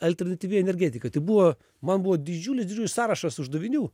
alternatyvi energetika tai buvo man buvo didžiulis sąrašas uždavinių